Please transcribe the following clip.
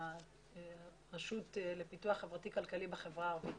הרשות לפיתוח כלכלי חברתי בחברה הערבית